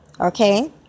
Okay